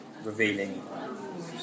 revealing